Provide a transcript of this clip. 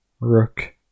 Rook